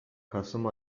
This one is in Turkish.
kasım